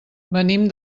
venim